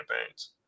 campaigns